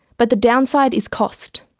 but the downside is cost.